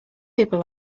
people